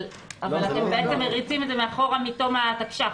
אבל אתם מריצים את זה אחורה מתום התקש"ח.